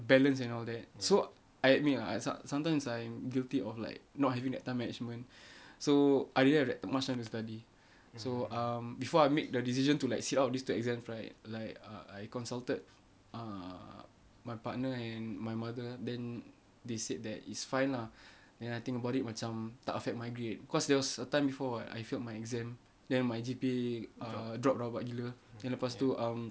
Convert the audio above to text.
balance and all that so I admit ah som~ sometimes I'm guilty of like not having that time management so I didn't have that much time to study so um before I made the decision to like sit out these two exams right like I uh consulted err my partner and my mother then they said that is fine lah then I think about it macam tak affect my grade cause there was a time before [what] I failed my exam then my G_P_A uh drop rabak gila then lepas tu um